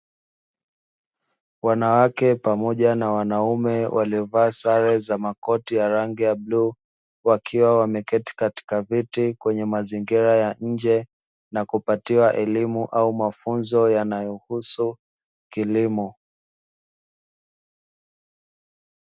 Wanawake pamoja na wanaume waliovaa sare za makoti ya rangi ya bluu, wakiwa wameketi katika viti kwenye mazingira ya nje na kupatiwa elimu au mafunzo yanayohusu kilimo.